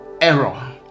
error